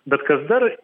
bet kas dar